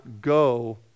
go